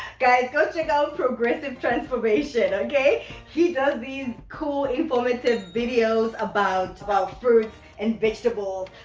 guys go check out progressive transformation okay he does these cool informative videos about about fruits and vegetables,